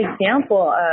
example